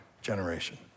generation